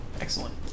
Excellent